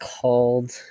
called